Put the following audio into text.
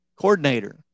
Coordinator